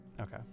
Okay